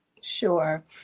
Sure